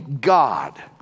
God